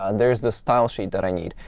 ah there's the style sheet that i need.